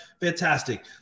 Fantastic